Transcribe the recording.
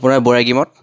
বৰাগীমঠ